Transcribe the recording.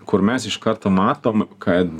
kur mes iš karto matom kad